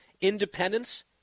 Independence